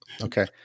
Okay